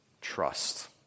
Trust